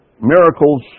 miracles